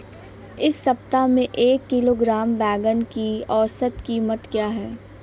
इस सप्ताह में एक किलोग्राम बैंगन की औसत क़ीमत क्या है?